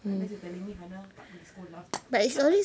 unless you telling me hannah tak boleh sekolah